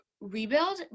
rebuild